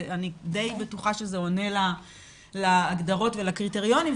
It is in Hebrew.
אני די בטוחה שזה עונה להגדרות ולקריטריונים.